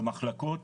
במחלקות,